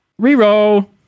Reroll